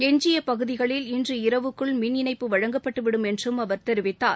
எஞ்சிய பகுதிகளில் இன்று இரவுக்குள் இணைப்பு வழங்கப்பட்டுவிடும் என்றும் அவர் தெரிவித்தார்